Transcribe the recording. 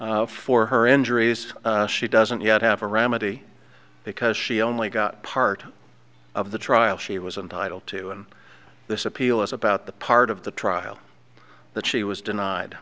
day for her injuries she doesn't yet have a remedy because she only got part of the trial she was entitled to and this appeal is about the part of the trial that she was denied